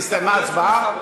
נסתיימה ההצבעה.